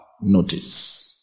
notice